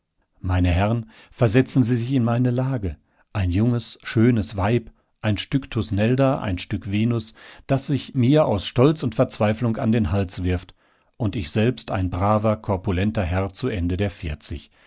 meine herren versetzen sie sich in meine lage ein junges schönes weib ein stück thusnelda ein stück venus das sich mir aus stolz und verzweiflung an den hals wirft und ich selbst ein braver korpulenter herr zu ende der